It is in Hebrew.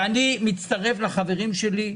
אני מצטרף לחברים שלי,